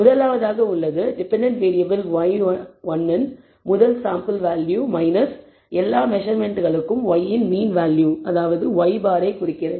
முதலாவதாக உள்ளது dependent variable y1 இன் முதல் சாம்பிள் வேல்யூ எல்லா மெசர்மென்ட்களுக்கும் y இன் மீன் வேல்யூ y̅ குறிக்கிறது